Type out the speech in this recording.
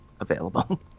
available